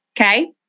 Okay